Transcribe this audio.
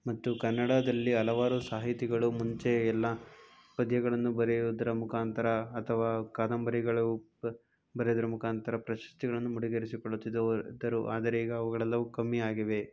ಮತ್ತು ಕನ್ನಡದಲ್ಲಿ ಹಲವಾರು ಸಾಹಿತಿಗಳು ಮುಂಚೆ ಎಲ್ಲ ಪದ್ಯಗಳನ್ನು ಬರೆಯುವುದರ ಮುಖಾಂತರ ಅಥವಾ ಕಾದಂಬರಿಗಳು ಬರೆದರ ಮುಖಾಂತರ ಪ್ರಶಸ್ತಿಗಳನ್ನು ಮುಡಿಗೇರಿಸಿ ಕೊಳ್ಳುತ್ತಿದ್ದವು ದ್ದರು ಆದರೆ ಈಗ ಅವುಗಳೆಲ್ಲವೂ ಕಮ್ಮಿ ಆಗಿವೆ